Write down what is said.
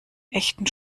echten